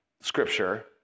Scripture